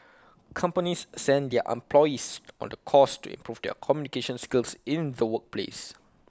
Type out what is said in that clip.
companies send their employees on the course to improve their communication skills in the workplace